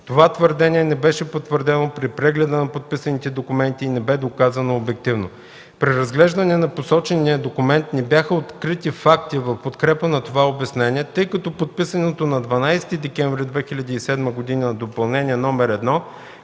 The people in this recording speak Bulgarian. Това твърдение не беше потвърдено при прегледа на подписаните документи и не бе доказано обективно. При разглеждане на посочения документ не бяха открити факти в подкрепа на това обяснение, тъй като подписаното на 12 декември 2007 г. Допълнение № 1